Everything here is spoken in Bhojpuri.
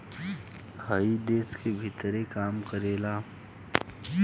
हइ देश के भीतरे काम करेला